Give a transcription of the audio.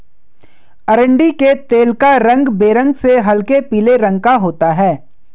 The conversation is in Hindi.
अरंडी के तेल का रंग बेरंग से हल्के पीले रंग का होता है